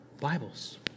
Bibles